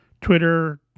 Twitter